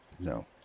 No